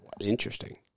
Interesting